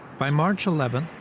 by march eleven,